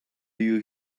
you